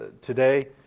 today